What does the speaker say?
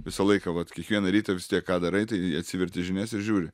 visą laiką vat kiekvieną rytą vis tiek ką darai tai atsiverti žinias ir žiūri